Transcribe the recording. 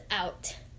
out